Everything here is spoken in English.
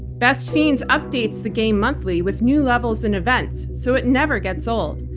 best fiends updates the game monthly with new levels and events, so it never gets old.